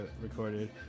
recorded